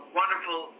wonderful